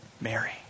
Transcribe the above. Mary